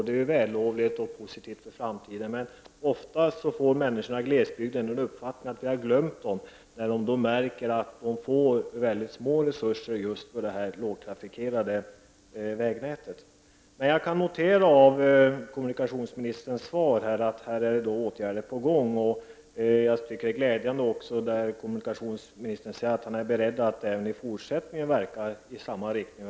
Det är vällovligt och positivt för framtiden. Människorna i glesbygden får dock ofta uppfattningen att vi har glömt dem, när de märker att de får väldigt små resurser just till det lågtrafikerade vägnätet. Jag noterade i kommunikationsministerns svar att åtgärder är på gång. Jag tycker att det är glädjande när kommunikationsministern säger att han är ”beredd att även i fortsättningen verka i samma riktning”.